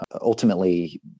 ultimately